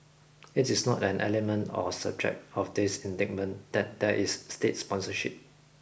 it is not an element or subject of this indictment that there is state sponsorship